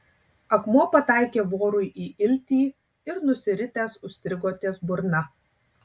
akmuo pataikė vorui į iltį ir nusiritęs užstrigo ties burna